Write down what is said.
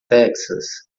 texas